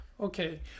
Okay